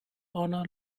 honor